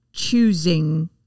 choosing